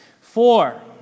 Four